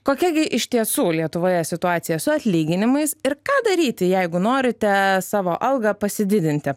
kokia gi iš tiesų lietuvoje situacija su atlyginimais ir ką daryti jeigu norite savo algą pasididinti